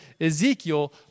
Ezekiel